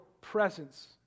presence